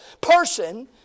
person